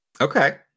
Okay